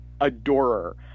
adorer